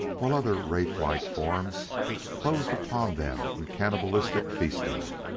while other wraith-like forms closed upon them in cannibalistic feasting.